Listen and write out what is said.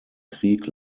krieg